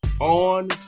on